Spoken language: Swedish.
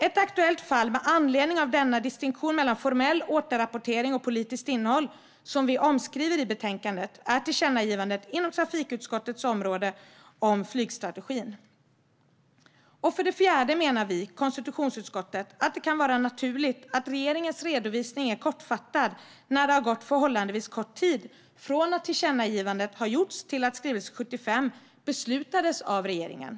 Ett aktuellt fall med anledning av denna distinktion mellan formell återrapportering och politiskt innehåll som vi skriver om i betänkandet är tillkännagivandet inom trafikutskottets område om flygstrategin. För det fjärde menar vi i konstitutionsutskottet att det kan vara naturligt att regeringens redovisning är kortfattad när det har gått förhållandevis kort tid från att tillkännagivandet har gjorts till att skrivelse 75 beslutas av regeringen.